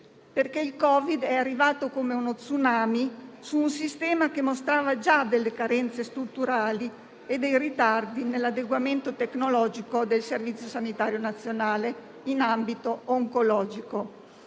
perché il Covid è arrivato come uno *tsunami* su un sistema che mostrava già delle carenze strutturali e dei ritardi nell'adeguamento tecnologico del Servizio sanitario nazionale in ambito oncologico.